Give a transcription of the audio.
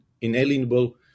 inalienable